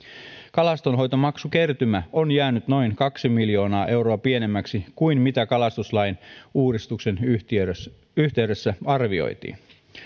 kalastonhoitomaksukertymä on jäänyt noin kaksi miljoonaa euroa pienemmäksi kuin mitä kalastuslain uudistuksen yhteydessä yhteydessä arvioitiin